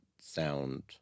sound